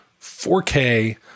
4K